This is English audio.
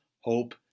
Hope